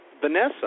Vanessa